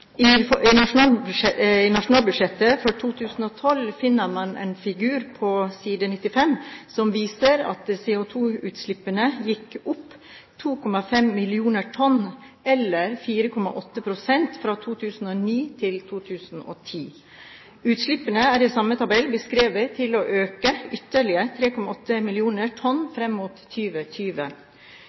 I nasjonalbudsjettet for 2012 finner man en figur på side 95 som viser at CO2-utslippene gikk opp 2,5 millioner tonn, eller 4,8 pst., fra 2009 til 2010. Utslippene er i samme tabell beskrevet til å øke ytterligere 3,8 millioner tonn fram mot